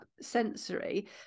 sensory